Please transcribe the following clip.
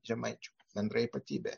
žemaičių bendra ypatybė